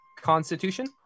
constitution